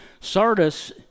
Sardis